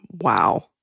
Wow